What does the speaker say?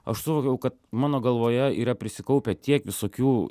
aš suvokiau kad mano galvoje yra prisikaupę tiek visokių